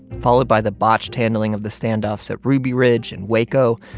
followed by the botched handling of the standoffs at ruby ridge and waco,